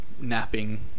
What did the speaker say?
napping